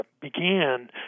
began